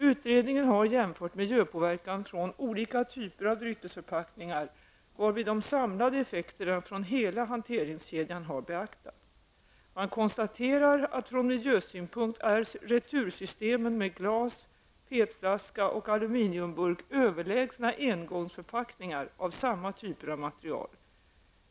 Utredningen har jämfört miljöpåverkan från olika typer av dryckesförpackningar varvid de samlade effekterna från hela hanteringskedjan har beaktats. Man konstaterar att från miljösynpunkt är retursystemen med glas, PET-flaska och aluminiumburk överlägsna engångsförpackningar av samma typer av material.